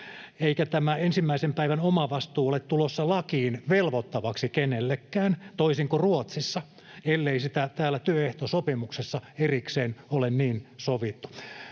eikä tämä ensimmäisen päivän omavastuu ole tulossa lakiin velvoittavaksi kenellekään, toisin kuin Ruotsissa, ellei siitä täällä työehtosopimuksessa erikseen ole niin sovittu.